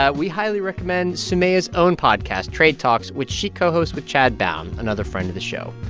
ah we highly recommend soumaya's own podcast, trade talks, which she co-hosts with chad bown, another friend of the show.